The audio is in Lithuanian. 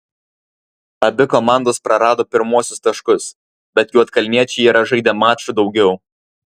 abi komandos prarado pirmuosius taškus bet juodkalniečiai yra žaidę maču daugiau